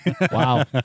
Wow